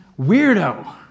weirdo